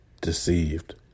deceived